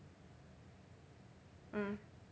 mm